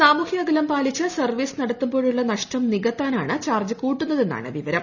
സാമൂഹ്യ അകലം പാലിച്ച് സർവ്വീസ് നടത്തുമ്പോഴുള്ള നഷ്ടം നീക്ക്ത്താനാണ് ചാർജ്ജ് കൂട്ടുന്നതെന്നാണ് വിവരം